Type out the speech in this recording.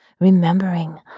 remembering